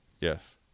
Yes